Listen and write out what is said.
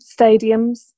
stadiums